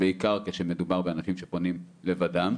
בעיקר כשמדובר באנשים שפונים לבדם.